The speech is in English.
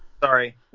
Sorry